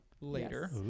later